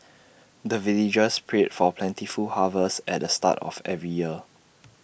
the villagers pray for plentiful harvest at the start of every year